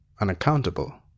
unaccountable